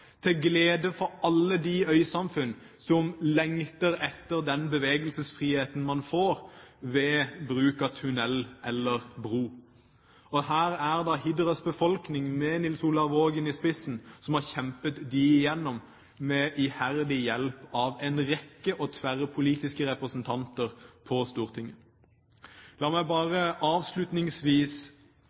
til glede for alle de øysamfunn som lengter etter den bevegelsesfriheten man får ved bruk av tunnel eller bro. Her er det Hidras befolkning, med Nils Olav Vågen i spissen, som har kjempet dette igjennom, med iherdig hjelp fra en rekke tverrpolitiske representanter på Stortinget. La meg bare avslutningsvis